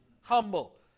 humble